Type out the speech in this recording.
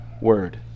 Word